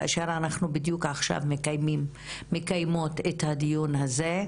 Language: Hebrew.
כאשר אנחנו בדיוק עכשיו מקיימים ומקיימות את הדיון הזה,